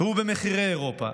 ובמחירי אירופה.